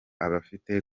abifite